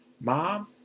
mom